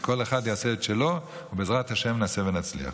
כל אחד יעשה את שלו, ובעזרת השם נעשה ונצליח.